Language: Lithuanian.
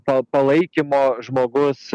to palaikymo žmogus